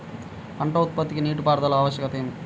పంట ఉత్పత్తికి నీటిపారుదల ఆవశ్యకత ఏమి?